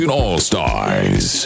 all-stars